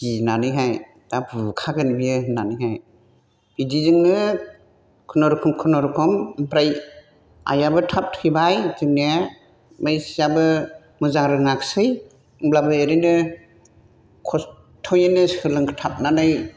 गिनानै दा बुखागोन बियो होननानै बिदिजोंनो खुनुरुखुम खुनुरुखुम ओमफ्राय आइआबो थाब थैबाय जोंने ओमफाय सियाबो मोजां रोङासै होमब्लाबो ओरैनो खस्थ'यैनो सोलोंथाबनानै